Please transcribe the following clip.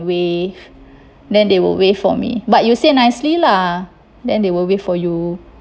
waive then they will waive for me but you say nicely lah then they will waive for you